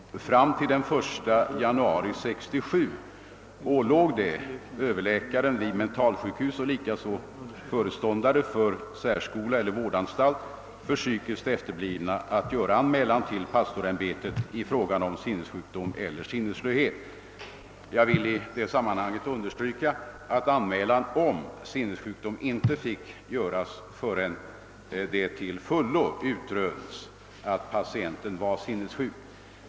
Fram till den 1 januari 1967 ålåg det överläkare vid mentalsjukhus och likaså föreståndare för särskola eller vårdsanstalt för psykiskt efterblivna att göra anmälan till pastorsämbetet i fråga om sinnessjukdom eller sinnesslöhet. Jag vill i detta sammanhang understryka, att anmälan om sinnessjukdom inte fick göras förrän det till fullo utrönts att patienten var sinnessjuk.